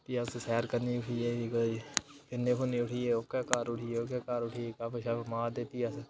फ्ही अस सैर करने फ्ही इन्ने बंदे उठियै ओह्के घर उठियै ओह्के घर उठियै गप्प शप्प मारदे फ्ही अस